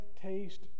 taste